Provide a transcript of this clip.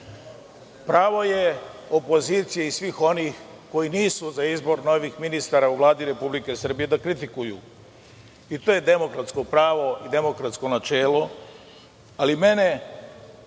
je opozicije i svih onih koji nisu za izbor novih ministara u Vladi Republike Srbije da kritikuju. To je demokratsko pravo i demokratsko načelo ali mene